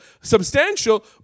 substantial